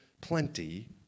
plenty